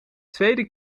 tweede